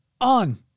on